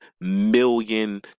million